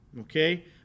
okay